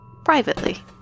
Privately